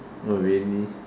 oh really